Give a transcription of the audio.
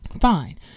Fine